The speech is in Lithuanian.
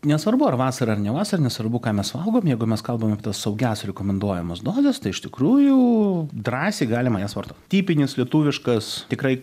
nesvarbu ar vasara ar ne vasara nesvarbu ką mes valgom jeigu mes kalbame apie tas saugias rekomenduojamas dozes tai iš tikrųjų drąsiai galima jas vartot tipinis lietuviškas tikrai